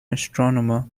astronomer